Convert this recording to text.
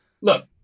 Look